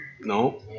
No